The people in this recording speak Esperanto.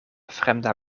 fremda